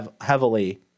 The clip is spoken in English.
heavily